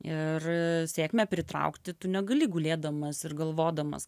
ir sėkmę pritraukti tu negali gulėdamas ir galvodamas